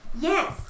Yes